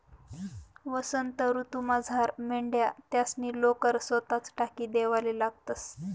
वसंत ऋतूमझार मेंढ्या त्यासनी लोकर सोताच टाकी देवाले लागतंस